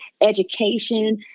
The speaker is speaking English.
education